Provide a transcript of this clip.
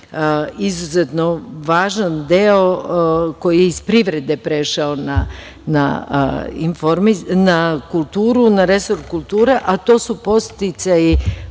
Izuzetno važan deo koji je iz privrede prešao na resor kulture, a to su podsticaji,